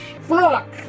Fuck